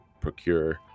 procure